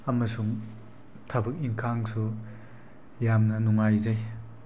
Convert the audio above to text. ꯑꯃꯁꯨꯡ ꯊꯕꯛ ꯏꯟꯈꯥꯡꯁꯨ ꯌꯥꯝꯅ ꯅꯨꯡꯉꯥꯏꯖꯩ